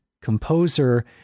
composer